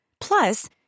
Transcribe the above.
Plus